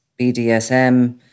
BDSM